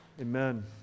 Amen